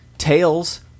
Tails